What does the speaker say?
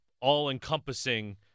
all-encompassing